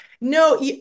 No